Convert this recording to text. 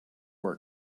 are